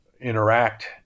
interact